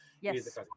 yes